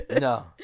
No